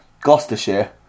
Gloucestershire